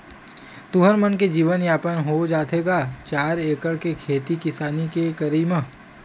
तुँहर मन के जीवन यापन हो जाथे गा चार एकड़ के खेती किसानी के करई म?